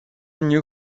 new